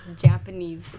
Japanese